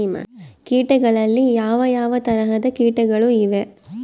ಕೇಟಗಳಲ್ಲಿ ಯಾವ ಯಾವ ತರಹದ ಕೇಟಗಳು ಇವೆ?